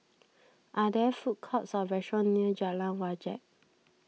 are there food courts or restaurants near Jalan Wajek